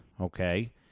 okay